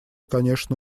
конечно